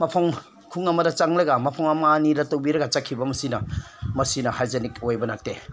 ꯃꯐꯝ ꯈꯨꯟ ꯑꯃꯗ ꯆꯪꯂꯒ ꯃꯐꯝ ꯑꯃ ꯑꯅꯤꯗ ꯇꯧꯕꯤꯔꯒ ꯆꯠꯈꯤꯕ ꯃꯁꯤꯅ ꯃꯁꯤꯅ ꯍꯥꯏꯖꯤꯅꯤꯛ ꯑꯣꯏꯕ ꯅꯠꯇꯦ